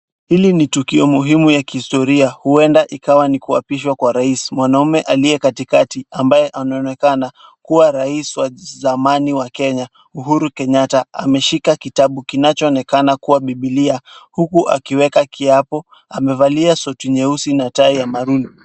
Hili ni tukio muhimu ya kihistoria. Huenda ikawa ni kuapishwa kwa rais. Mwanaume aliye katikati ambaye anaonekana kuwa rais wa zamani wa Kenya Uhuru Kenyatta ameshika kitabu kinachoonekana kuwa bibilia huku akiweka kiapo. Amevalia suti nyeusi na tai ya maroon .